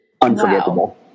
unforgettable